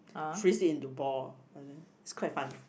freeze it into ball ah then it's quite fun